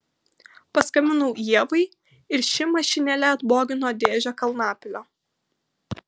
paskambinau ievai ir ši mašinėle atbogino dėžę kalnapilio